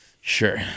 Sure